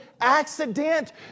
accident